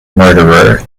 murderer